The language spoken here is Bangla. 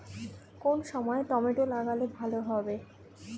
কোন সময় টমেটো লাগালে ভালো হবে?